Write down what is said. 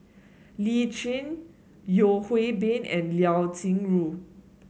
Lee Tjin Yeo Hwee Bin and Liao Yingru